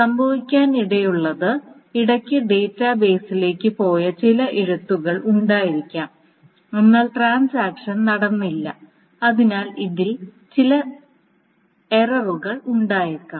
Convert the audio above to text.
സംഭവിക്കാനിടയുള്ളത് ഇടയ്ക്ക് ഡാറ്റാബേസിലേക്ക് പോയ ചില എഴുത്തുകൾ ഉണ്ടായിരിക്കാം എന്നാൽ ട്രാൻസാക്ഷൻ നടന്നിട്ടില്ല അതിനാൽ ഇതിൽ ചില എററുകൾ ഉണ്ടായേക്കാം